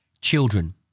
children